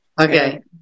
Okay